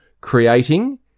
creating